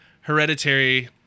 hereditary